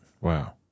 Wow